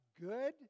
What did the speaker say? good